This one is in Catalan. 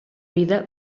vida